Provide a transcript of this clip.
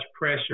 pressure